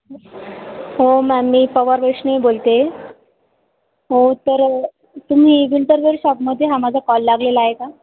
हो मॅम मी पवार वैष्णवी बोलते हो तर तुम्ही विंटरवेअर शॉपमध्ये हा माझा कॉल लागलेला आहे का